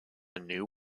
new